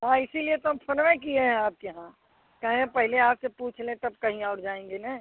हाँ इसीलिए तो हम फ़ोन वे किए है आपके यहाँ कहें पहले आकर पूछ लें तब कहीं और जाएँगे ना